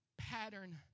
pattern